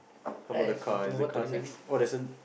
how about the car is the car same oh there's an